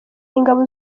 ingabo